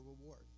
reward